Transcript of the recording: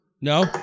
No